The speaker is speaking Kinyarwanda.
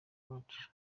kwacu